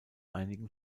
einigen